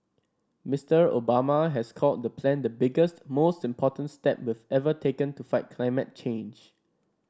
Mister Obama has called the plan the biggest most important step we've ever taken to fight climate change